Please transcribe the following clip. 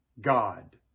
God